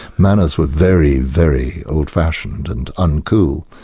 manners were very, very old-fashioned and un-cool.